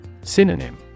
Synonym